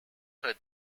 her